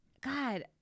God